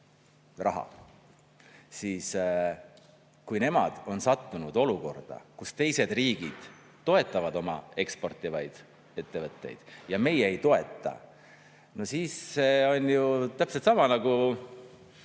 toodavad riigile raha, on sattunud olukorda, kus teised riigid toetavad oma eksportivaid ettevõtteid ja meie ei toeta, siis on ju täpselt sama nagu